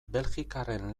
belgikarren